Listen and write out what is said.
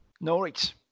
Norwich